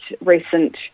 recent